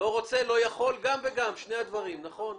לא רוצה או לא יכול, גם וגם, שני הדברים, נכון.